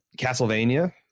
Castlevania